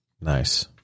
Nice